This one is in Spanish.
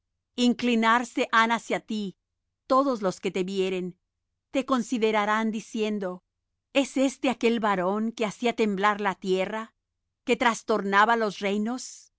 inclinarse han hacia ti los que te vieren te considerarán diciendo es este aquel varón que hacía temblar la tierra que trastornaba los reinos